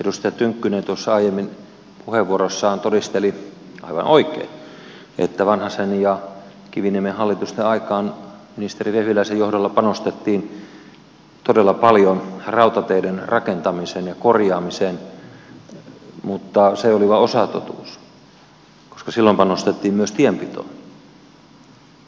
edustaja tynkkynen tuossa aiemmin puheenvuorossaan todisteli aivan oikein että vanhasen ja kiviniemen hallitusten aikaan ministeri vehviläisen johdolla panostettiin todella paljon rautateiden rakentamiseen ja korjaamiseen mutta se oli vain osatotuus koska silloin panostettiin myös tienpitoon